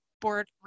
board